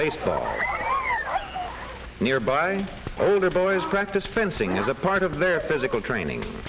baseball nearby older boys practice fencing is a part of their physical training